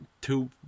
Two